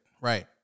Right